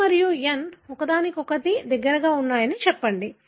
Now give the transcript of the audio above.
A మరియు N ఒకదానికొకటి దగ్గరగా ఉన్నాయని చెప్పండి